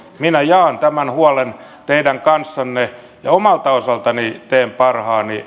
minä jaan tämän huolen teidän kanssanne ja omalta osaltani teen parhaani